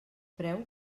preu